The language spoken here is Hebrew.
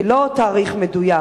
לא תאריך מדויק,